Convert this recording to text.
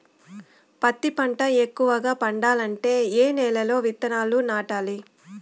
పత్తి పంట ఎక్కువగా పండాలంటే ఏ నెల లో విత్తనాలు నాటాలి?